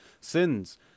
Sins